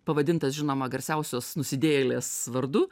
pavadintas žinoma garsiausios nusidėjėlės vardu